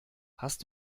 hast